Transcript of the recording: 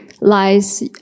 lies